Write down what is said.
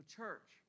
church